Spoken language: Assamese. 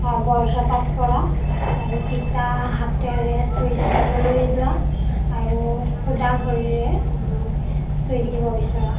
বজ্ৰপাত পৰা আৰু তিতা হাতেৰে ছুইচ দিবলৈ যোৱা আৰু শুদা ভৰিৰে ছুইচ দিব বিচৰা